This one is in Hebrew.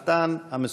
לנוכח מלאכתן המסורה.